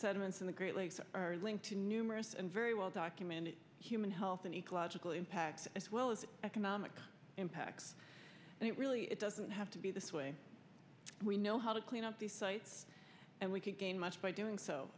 sediments in the great lakes are linked to numerous and very well documented human health and ecological impact as well as economic impacts and it really it doesn't have to be this way we know how to clean up these sites and we can gain much by doing so